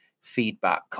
feedback